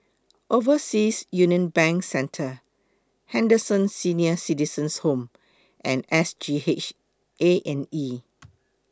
Overseas Union Bank Centre Henderson Senior Citizens' Home and S G H A and E